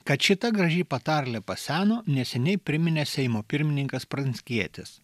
kad šita graži patarlė paseno neseniai priminė seimo pirmininkas pranckietis